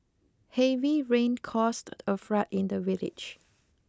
heavy rain caused a flood in the village